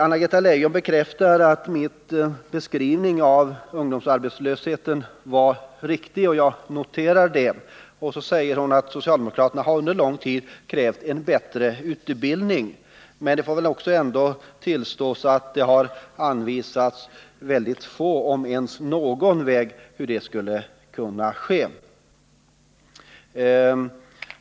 Anna-Greta Leijon bekräftade att min beskrivning av ungdomsarbetslösheten var riktig. Jag noterar det. Sedan sade hon att socialdemokraterna under lång tid krävt en bättre utbildning. Men det får väl ändå tillstås att det anvisats mycket få vägar, om ens någon, för hur det skulle kunna ske.